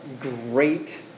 great